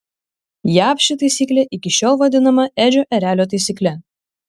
jav ši taisyklė iki šiol vaidinama edžio erelio taisykle